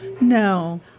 No